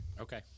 Okay